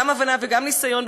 גם הבנה וגם ניסיון,